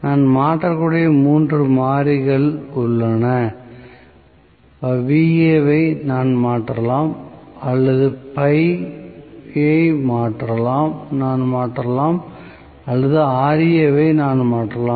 நான் மாற்றக்கூடிய மூன்று மாறிகள் உள்ளன Va வை நான் மாற்றலாம் அல்லது யை நான் மாற்றலாம் அல்லது Ra வை நான் மாற்றலாம்